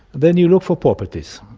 then you look for properties.